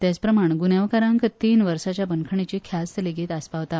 तेचप्रमाण गुन्यावकारांक तीन वर्सांच्या बंदखणीची ख्यास्त लेगीत आस्पावता